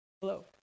Hello